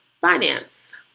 Finance